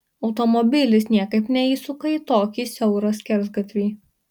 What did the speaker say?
automobilis niekaip neįsuka į tokį siaurą skersgatvį